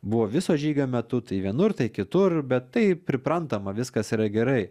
buvo viso žygio metu tai vienur tai kitur bet tai priprantama viskas yra gerai